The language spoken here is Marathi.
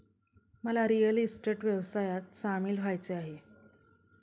मला रिअल इस्टेट व्यवसायात सामील व्हायचे आहे